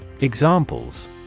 Examples